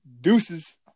deuces